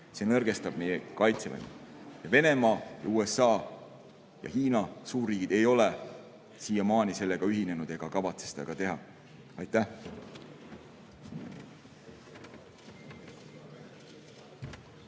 See nõrgestab meie kaitsevõimet. Venemaa, USA ja Hiina, suurriigid, ei ole siiamaani sellega ühinenud ega kavatse seda ka teha. Aitäh!